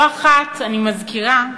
לא אחת, אני מזכירה,